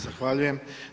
Zahvaljujem.